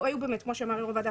כמו שאמר יו"ר הוועדה,